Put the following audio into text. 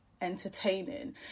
entertaining